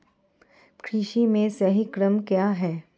कृषि में सही क्रम क्या है?